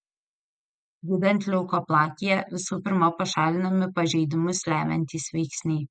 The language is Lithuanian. gydant leukoplakiją visų pirma pašalinami pažeidimus lemiantys veiksniai